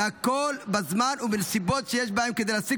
והכול בזמן או בנסיבות שיש בהן כדי להסיק